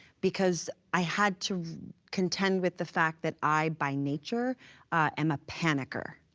because i had to contend with the fact that i by nature am a panicker,